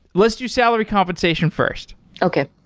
let's do salary compensation first okay.